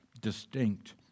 distinct